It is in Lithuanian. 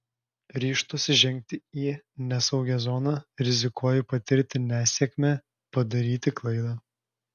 ryžtuosi žengti į nesaugią zoną rizikuoju patirti nesėkmę padaryti klaidą